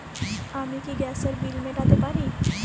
আমি কি গ্যাসের বিল মেটাতে পারি?